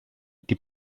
die